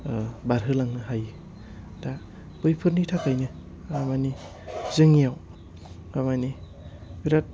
बारहोलांनो हायो दा बैफोरनि थाखायनो थारमानि जोंनियाव खामानि बिराद